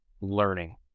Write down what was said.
learning